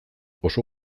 oso